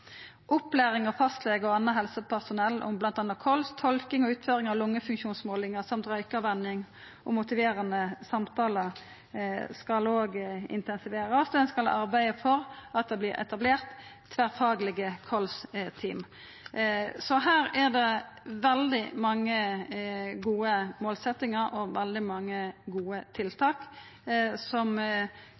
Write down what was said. Opplæring av fastlegar og anna helsepersonell om bl.a. kols, tolking og utføring av lungefunksjonsmålingar og røykeavvenning og motiverande samtalar skal òg intensiverast, og ein skal arbeida for at det vert etablert tverrfaglege kols-team. Her er det veldig mange gode målsetjingar og veldig mange gode tiltak som